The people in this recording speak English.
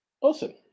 awesome